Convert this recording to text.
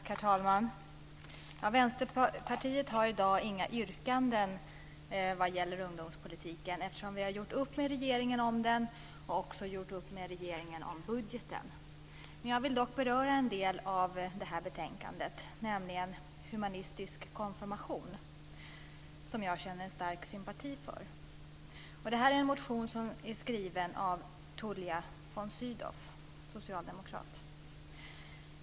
Herr talman! Vänsterpartiet har i dag inga yrkanden vad gäller ungdomspolitiken eftersom vi har gjort upp med regeringen om den, och vi har gjort upp med regeringen om budgeten. Jag vill dock beröra en del av betänkandet, nämligen humanistisk konfirmation - som jag känner stark sympati för. Det är en motion som har väckts av Tullia von Sydow, socialdemokrat.